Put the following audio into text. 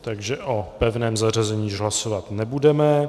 Takže o pevném zařazení už hlasovat nebudeme.